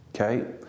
Okay